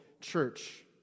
church